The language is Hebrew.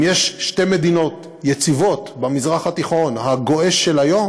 אם יש שתי מדינות יציבות במזרח התיכון הגועש של היום,